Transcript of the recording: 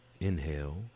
Inhale